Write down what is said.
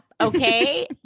Okay